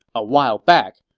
a while back,